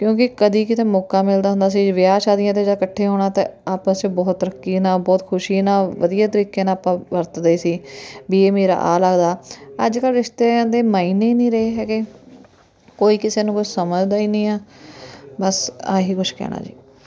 ਕਿਉਂਕਿ ਕਦੇ ਕਿਤੇ ਮੌਕਾ ਮਿਲਦਾ ਹੁੰਦਾ ਸੀ ਵਿਆਹ ਸ਼ਾਦੀਆਂ 'ਤੇ ਜਾਂ ਇਕੱਠੇ ਹੋਣਾ ਤਾਂ ਆਪਸ 'ਚ ਬਹੁਤ ਤਰੱਕੀ ਨਾਲ ਬਹੁਤ ਖੁਸ਼ੀ ਨਾਲ ਵਧੀਆ ਤਰੀਕੇ ਨਾਲ ਆਪਾਂ ਵਰਤਦੇ ਸੀ ਵੀ ਇਹ ਮੇਰਾ ਆਹ ਲੱਗਦਾ ਅੱਜ ਕੱਲ੍ਹ ਰਿਸ਼ਤਿਆਂ ਦੇ ਮਾਈਨੇ ਨਹੀਂ ਰਹੇ ਹੈਗੇ ਕੋਈ ਕਿਸੇ ਨੂੰ ਕੁਛ ਸਮਝਦਾ ਹੀ ਨਹੀਂ ਆ ਬਸ ਆਹੀ ਕੁਛ ਕਹਿਣਾ ਜੀ